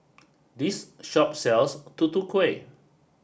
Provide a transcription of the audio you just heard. this shop sells Tutu Kueh